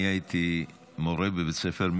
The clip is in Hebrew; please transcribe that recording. אני הייתי מורה בבית ספר.